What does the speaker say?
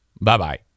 Bye-bye